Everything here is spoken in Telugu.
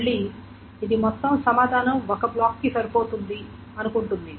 మళ్లీ ఇది మొత్తం సమాధానం ఒక బ్లాక్కి సరిపోతుంది అనుకుంటుంది